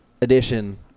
edition